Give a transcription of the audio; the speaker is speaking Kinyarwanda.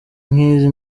nk’izi